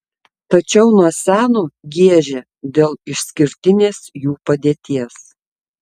tačiau nuo seno giežė dėl išskirtinės jų padėties